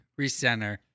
Recenter